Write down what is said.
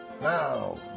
Now